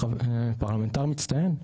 פרלמנטר מצטיין,